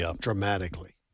dramatically